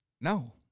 no